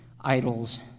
idols